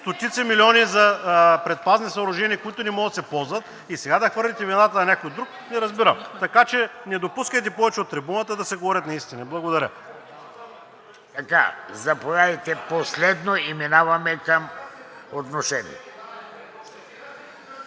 стотици милиони за предпазни съоръжения, които не могат да се ползват, и сега да хвърлите вината на някой друг, не разбирам. Така че не допускайте повече от трибуната да се говорят неистини. Благодаря. ПРЕДСЕДАТЕЛ ВЕЖДИ РАШИДОВ: Заповядайте – последно и минаваме към отношение.